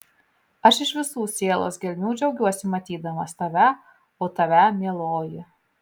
aš iš visų sielos gelmių džiaugiuosi matydamas tave o tave mieloji